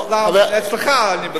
אצלך, לא.